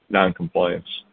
noncompliance